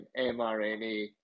mRNA